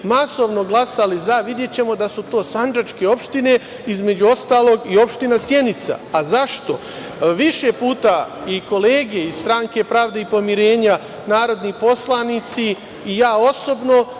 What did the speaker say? masovno glasali za, videćemo da su to sandžačke opštine, između ostalog i opština Sjenica. Zašto? Više puta i kolege iz Stranke pravde i pomirenja, narodni poslanici i ja osobno